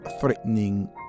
threatening